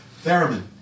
Theremin